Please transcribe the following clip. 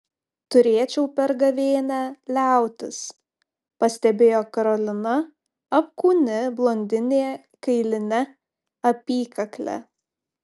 turėčiau per gavėnią liautis pastebėjo karolina apkūni blondinė kailine apykakle